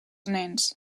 nens